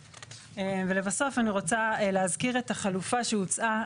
ולבסוף אני רוצה להזכיר את החלופה שהוצעה,